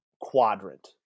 quadrant